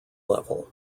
level